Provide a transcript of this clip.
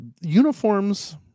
uniforms